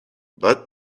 but